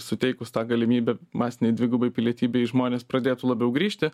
suteikus tą galimybę masinei dvigubai pilietybei žmonės pradėtų labiau grįžti